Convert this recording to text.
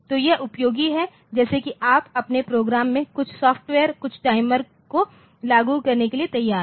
तो यह उपयोगी है जैसे कि आप अपने प्रोग्राम में कुछ सॉफ्टवेयर कुछ टाइमर को लागू करने के लिए तैयार हैं